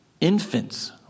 infants